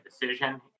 decision